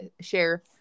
share